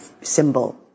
symbol